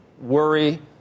worry